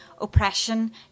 oppression